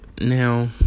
now